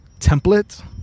template